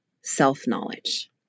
self-knowledge